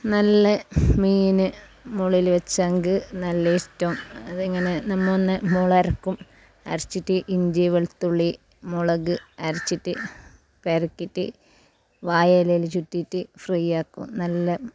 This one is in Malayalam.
നല്ല മീൻ മുള്ളിൽ വെച്ചങ്കിൽ നല്ല ഇഷ്ടം അതിങ്ങനെ നമ്മൾ ഒന്ന് മുളക് അരക്കും അരച്ചിട്ട് ഇഞ്ചി വെളുത്തുള്ളി മുളക് അരച്ചിട്ട് പെരക്കിറ്റ് വാഴ ഇലയിൽ ചുറ്റീട്ട് ഫ്രീയാക്കും നല്ല